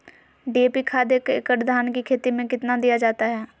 DAP खाद एक एकड़ धान की खेती में कितना दीया जाता है?